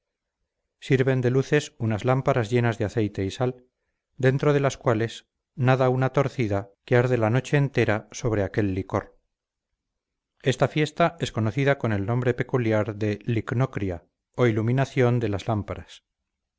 sirven de luces unas lámparas llenas de aceite y sal dentro de las cuales nada una torcida que arde la noche entera sobre aquel licor esta fiesta es conocida con el nombre peculiar de licnocria o iluminación de las lámparas